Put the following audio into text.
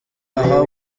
aha